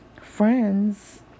friends